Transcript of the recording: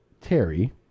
Terry